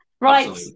right